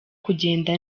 kugenda